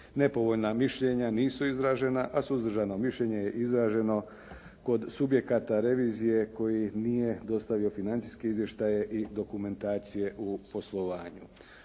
Nepovoljna mišljenja nisu izražena, a suzdržano mišljenje je izraženo kod subjekata revizije koji nije dostavio financijski izvještaje i dokumentacije u poslovanju.